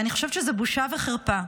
אני חושבת שזאת בושה וחרפה.